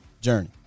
journey